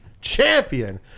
champion